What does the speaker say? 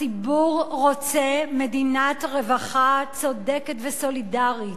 הציבור רוצה מדינת רווחה צודקת וסולידרית.